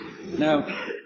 Now